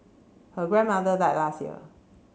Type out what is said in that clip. her grandmother died last year